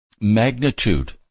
magnitude